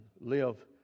live